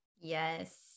Yes